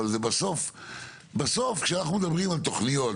אבל בסוף כשאנחנו מדברים על תוכניות,